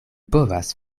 povas